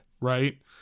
right